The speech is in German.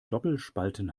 doppelspalten